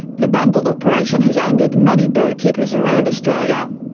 the bungled operation has angered many bird keepers around australia.